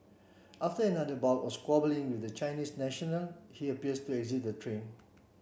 after another bout of squabbling with the Chinese national he appears to exit the train